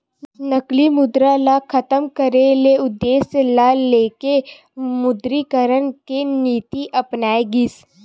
नकली मुद्रा ल खतम करे के उद्देश्य ल लेके विमुद्रीकरन के नीति अपनाए गिस